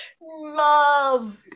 love